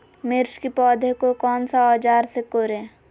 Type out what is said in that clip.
मिर्च की पौधे को कौन सा औजार से कोरे?